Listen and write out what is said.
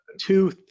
Two